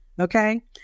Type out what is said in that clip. okay